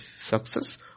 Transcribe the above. success